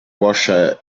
washer